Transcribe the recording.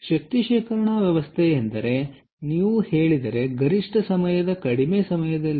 ಶಕ್ತಿ ಶೇಖರಣಾ ವ್ಯವಸ್ಥೆ ಎಂದರೆ ಕಡಿಮೆ ಸಮಯದಲ್ಲಿ ಗರಿಷ್ಟ ಶಕ್ತಿ ಸಂಗ್ರಹಣೆ ಎಂದರ್ಥ